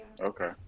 Okay